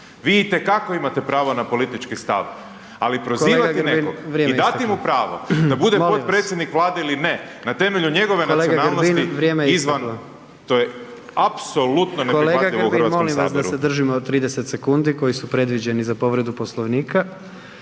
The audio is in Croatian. vi itekako imate pravo na politički stav, ali prozivati nekog i dati mu pravo da bude potpredsjednik Vlade ili ne, na temelju njegove nacionalnosti to je apsolutno neprihvatljivo u Hrvatskom saboru.